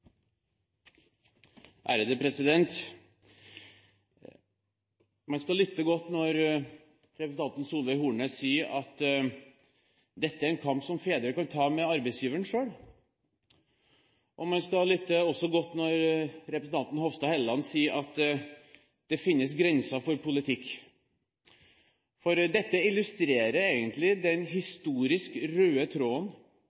i foreldrepermisjonen. Man skal lytte godt når representanten Solveig Horne sier at dette er en kamp fedre kan ta med arbeidsgiveren selv. Man skal også lytte godt når representanten Hofstad Helleland sier at det finnes grenser for politikk. Dette illustrerer egentlig den